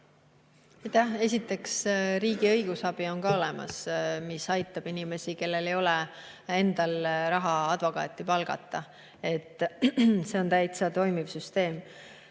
ka riigi õigusabi, mis aitab inimesi, kellel ei ole endal raha advokaati palgata. See on täitsa toimiv süsteem.